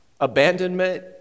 abandonment